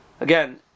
again